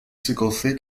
σηκωθεί